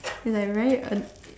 is like very an~